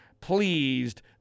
pleased